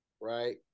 right